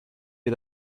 you